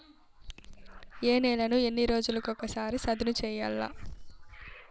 ఏ నేలను ఎన్ని రోజులకొక సారి సదును చేయల్ల?